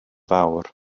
fawr